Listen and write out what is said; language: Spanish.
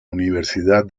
universidad